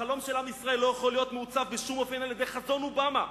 החלום של עם ישראל לא יכול להיות מעוצב בשום אופן על-ידי חזון אובמה.